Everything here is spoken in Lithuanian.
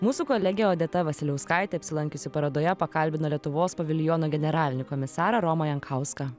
mūsų kolegė odeta vasiliauskaitė apsilankiusi parodoje pakalbino lietuvos paviljono generalinį komisarą romą jankauską